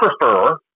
prefer